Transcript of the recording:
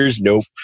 nope